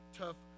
tough